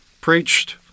Preached